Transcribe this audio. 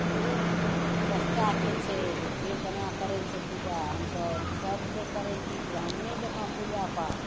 ओ चेष्टाकेँ छै जे केँ केना करै छै पूजा हमसभ सभ कोइ करै छी ब्राम्हणे जकाँ पूजा पाठ